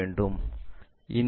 எனவே அதைப் பார்ப்போம்